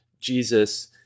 Jesus